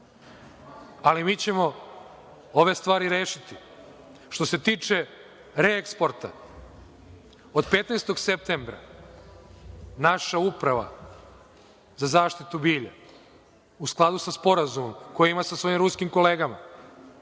ali mi ćemo ove stvari rešiti. Što se tiče reeksporta, od 15. septembra naša Uprava za zaštitu bilja u skladu sa sporazumom koji ima sa svojim ruskim kolegama